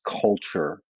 culture